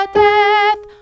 death